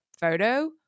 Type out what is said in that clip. photo